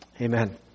Amen